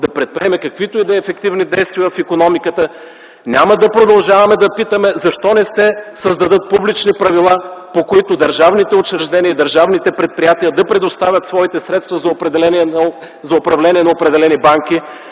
да предприеме каквито и да е ефективни действия в икономиката, няма да продължаваме да питаме защо не се създадат публични правила, по които държавните учреждения и държавните предприятия да предоставят своите средства за управление на определени банки